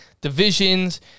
divisions